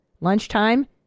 lunchtime